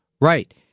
right